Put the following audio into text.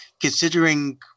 considering